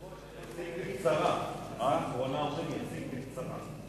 הרווחה והבריאות להכנתה לקריאה שנייה ולקריאה שלישית.